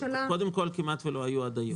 קודם כול, כמעט ולא היו עד היום.